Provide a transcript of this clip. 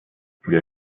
wir